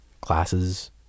classes